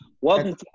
Welcome